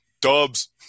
Dubs